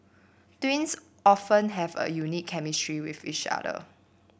twins often have a unique chemistry with each other